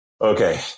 okay